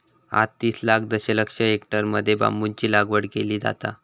आज तीस लाख दशलक्ष हेक्टरमध्ये बांबूची लागवड केली जाता